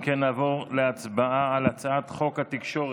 אם כן, נעבור להצבעה על הצעת חוק התקשורת,